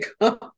come